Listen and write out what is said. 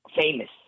famous